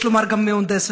ויש לומר גם מהונדסת,